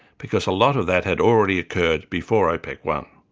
because a lot of that had already occurred before opec one.